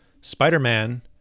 Spider-Man